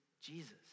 Jesus